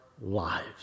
lives